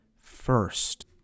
first